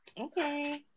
Okay